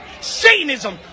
Satanism